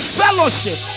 fellowship